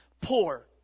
poor